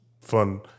fun